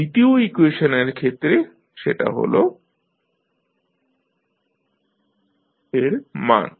দ্বিতীয় ইকুয়েশনের ক্ষেত্রে সেটা হল didt1Let 1Lec RLi র মান